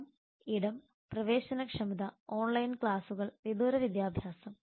സ്ഥലം ഇടം പ്രവേശനക്ഷമത ഓൺലൈൻ ക്ലാസുകൾ വിദൂര വിദ്യാഭ്യാസം